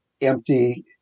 empty